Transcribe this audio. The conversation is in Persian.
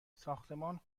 ساختمان